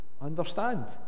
understand